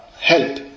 help